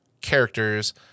characters